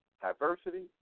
diversity